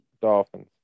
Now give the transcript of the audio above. Dolphins